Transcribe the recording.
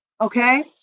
okay